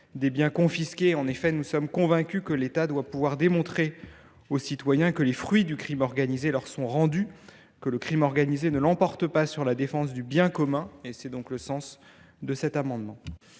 des biens confisqués. Nous en sommes convaincus, l’État doit pouvoir démontrer aux citoyens que les fruits du crime organisé leur sont rendus, et que le crime organisé ne l’emporte pas sur la défense du bien commun. Quel est l’avis de la commission